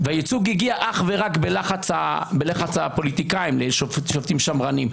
והייצוג הגיע אך ורק בלחץ הפוליטיקאים לשופטים שמרניים.